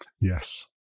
Yes